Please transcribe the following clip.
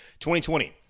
2020